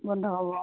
বন্ধ হ'ব